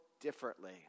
differently